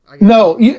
No